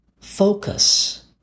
focus